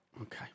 Okay